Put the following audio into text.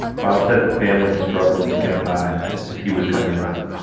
bob said the family struggled to get by as he was coming up.